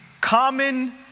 common